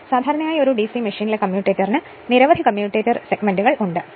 സാധാരണയായി ഒരു ഡിസി മെഷീനിലെ കമ്മ്യൂട്ടേറ്ററിന് നിരവധി കമ്മ്യൂട്ടേറ്റർ സെഗ്മെന്റുകൾ ഉണ്ട്